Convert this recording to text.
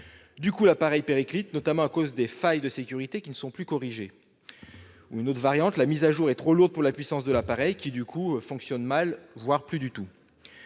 Dès lors, l'appareil périclite, notamment à cause de failles de sécurité qui ne sont plus corrigées. Une variante consiste en une mise à jour trop lourde pour la puissance de l'appareil, qui, du coup, fonctionne mal, voire plus du tout.